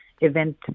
event